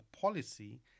policy